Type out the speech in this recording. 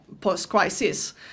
post-crisis